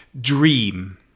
Dream